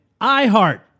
iHeart